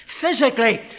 physically